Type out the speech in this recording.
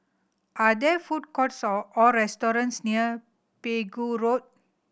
are there food courts or restaurants near Pegu Road